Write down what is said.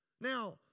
Now